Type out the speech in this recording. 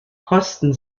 kosten